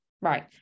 Right